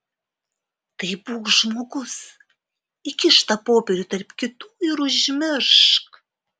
tai būk žmogus įkišk tą popierių tarp kitų ir užmiršk